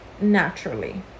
naturally